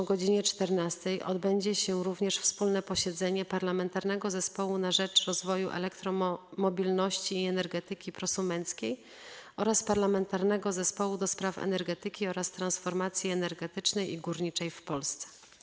W dniu dzisiejszym odbędzie się również wspólne posiedzenie Parlamentarnego Zespołu na rzecz Rozwoju Elektromobilności i Energetyki Prosumenckiej oraz Parlamentarnego Zespołu ds. Energetyki oraz Transformacji Energetycznej i Górniczej w Polsce - godz. 14.